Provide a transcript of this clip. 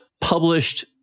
published